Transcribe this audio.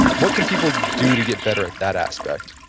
what can people do to get better at that aspect?